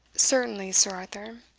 certainly, sir arthur,